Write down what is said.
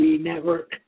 Network